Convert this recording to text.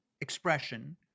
expression